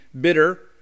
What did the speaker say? bitter